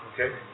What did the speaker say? Okay